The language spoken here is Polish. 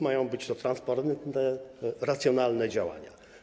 Mają być to transparentne, racjonalne działania.